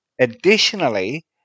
Additionally